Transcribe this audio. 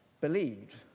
believed